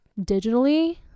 digitally